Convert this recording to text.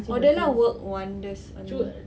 Odella work wonders on me